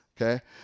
okay